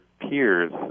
peers